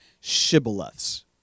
shibboleths